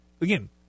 again